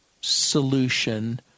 solution